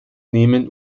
nehmen